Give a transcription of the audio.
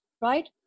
right